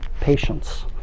patience